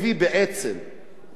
זה לא חוק תקציבי,